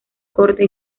corta